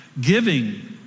Giving